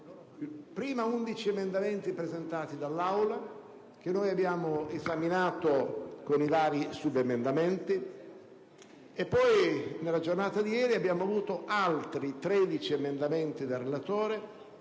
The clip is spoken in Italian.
prima 11 emendamenti presentati dall'Aula, che noi abbiamo esaminato con i vari subemendamenti, e poi, nella giornata di ieri, abbiamo avuto altri 13 emendamenti dal relatore,